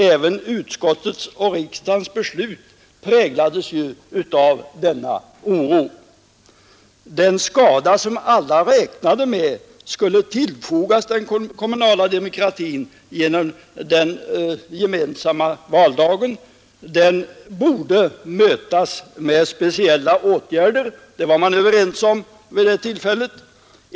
Även utskottets ställningstagande och riksdagens beslut präglades av den oron. Att den skada som alla räknade med skulle tillfogas den kommunala demokratin genom den gemensamma valdagen borde mötas med speciella åtgärder var man överens om vid det tillfället.